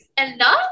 enough